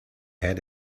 head